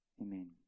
Amen